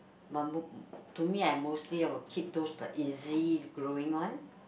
to me I mostly I will keep those like easy growing one